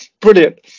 Brilliant